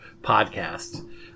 podcast